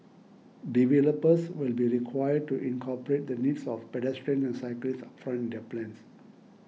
developers will be required to incorporate the needs of pedestrians and cyclists upfront their plans